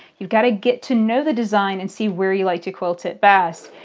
you've got to get to know the design and see where you like to quilt it fast.